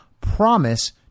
promise